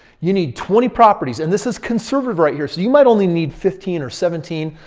you need twenty properties. and this is conservative right here. so you might only need fifteen or seventeen.